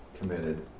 committed